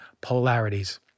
polarities